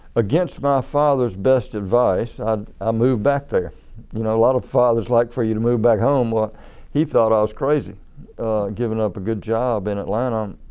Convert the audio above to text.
against my father's best advice, i ah moved back there. you know a lot of fathers like for you to move back home while he felt i was crazy giving up a good job in atlanta